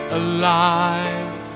alive